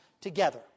together